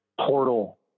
portal